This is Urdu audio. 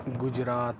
گجرات